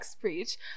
Preach